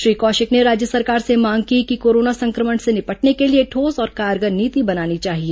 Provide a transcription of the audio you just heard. श्री कौशिक ने राज्य सरकार से मांग की कि कोरोना संक्रमण से निपटने के लिए ठोस और कारगर नीति बनानी चाहिए